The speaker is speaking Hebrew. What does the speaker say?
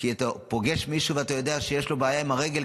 כי אתה פוגש מישהו ואתה יודע שיש לו בעיה עם הרגל,